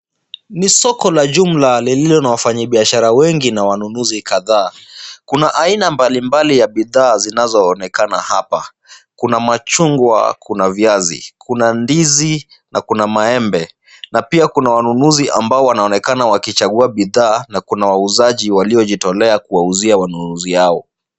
Ni soko la jumla lililo na wafanyibiashara wengi na wanunuzi kadhaa. Kuna aina mbalimbali ya bidhaa zinazoonekana hapa. Kuna machungwa, kuna viazi, kuna ndizi na kuna maembe na pia kuna wanunuzi ambao wanaonekana wakichagua bidhaa na kuna wauzaji waliojitolea kuwauzia wanunuzi hao.